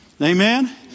Amen